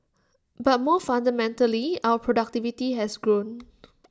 but more fundamentally our productivity has grown